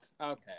Okay